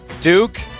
Duke